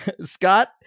Scott